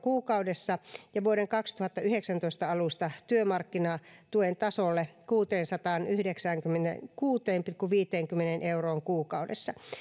kuukaudessa ja vuoden kaksituhattayhdeksäntoista alusta työmarkkinatuen tasolle kuuteensataanyhdeksäänkymmeneenkuuteen pilkku viiteenkymmeneen euroon kuukaudessa